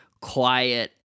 quiet